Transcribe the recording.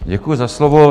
Děkuji za slovo.